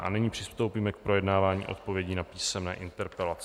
A nyní přistoupíme k projednávání odpovědí na písemné interpelace.